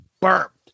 Burped